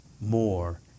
more